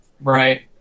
right